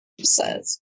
says